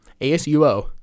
ASUO